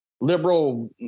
liberal